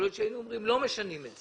יכול להיות שהיינו אומרים: לא משנים את זה,